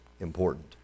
important